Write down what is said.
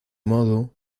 modo